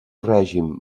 règim